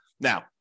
Now